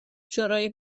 شورای